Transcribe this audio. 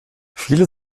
viele